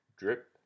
Drip